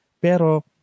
Pero